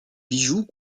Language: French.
bijoux